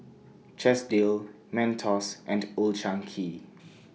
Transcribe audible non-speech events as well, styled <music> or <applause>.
Chesdale Mentos and Old Chang Kee <noise>